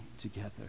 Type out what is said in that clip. together